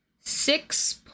six